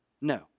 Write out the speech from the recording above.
No